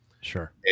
Sure